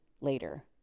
later